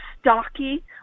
stocky